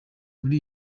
muri